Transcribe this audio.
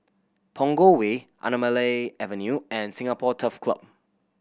Punggol Way Anamalai Avenue and Singapore Turf Club